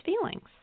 feelings